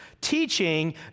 teaching